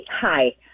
Hi